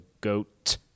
GOAT